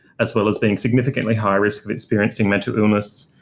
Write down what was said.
as well as being significantly high-risk of experiencing mental illness.